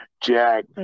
Jack